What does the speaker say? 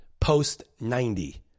post-90